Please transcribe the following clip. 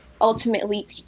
ultimately